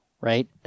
right